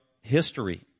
history